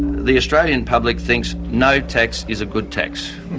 the australian public thinks no tax is a good tax.